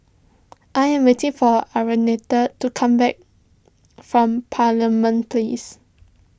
I am waiting for to come back from Parliament Place